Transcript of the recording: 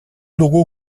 dugu